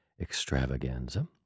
extravaganza